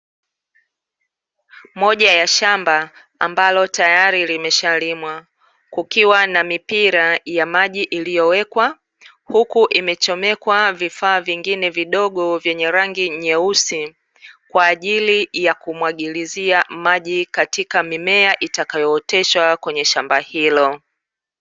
Moja ya shamba ambalo tayari limeshalimwa kukiwa na mipira ya maji iliyowekwa, huku imechomekwa vifaa vingine vidogo vyenye rangi nyeusi kwa ajili ya kumwagilizia maji katika mimea itakayooteshwa kwenye shamba hilo.